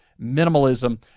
Minimalism